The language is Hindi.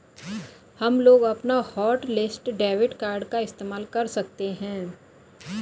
हमलोग अपना हॉटलिस्ट डेबिट कार्ड का इस्तेमाल कर सकते हैं